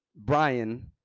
brian